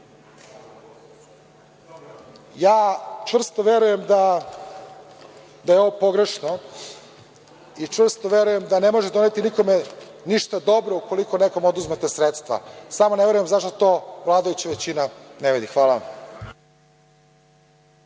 sredstva. Čvrsto verujem da je ovo pogrešno i čvrsto verujem da ne može doneti nikome ništa dobro ukoliko nekome oduzmete sredstva, samo ne verujem zašto to vladajuća većina ne vidi. Hvala.